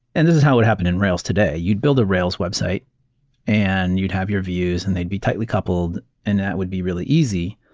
and this is how it happened in rails today. you'd build the rails website and you'd have your views and they'd be tightly coupled and that would be really easy,